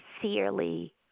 sincerely